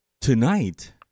tonight